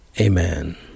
Amen